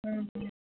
ಹ್ಞೂ ಹ್ಞೂ